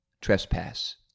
trespass